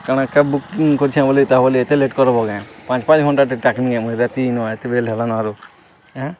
କାଣା cab booking କରିଛେଁ ବୋଲି ତାବଲି ଏତେ ଲେଟ୍ କର୍ବ କେଁ ପାଞ୍ଚ୍ ପାଞ୍ଚ୍ ଘଣ୍ଟାଟେ ଟାକ୍ମି କେଁ ମୁଇଁ ରାତି ଇନ ଏତେ ବେଲ୍ ହେଲନ ଆରୁ ଆଁ